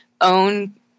own